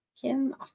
Kim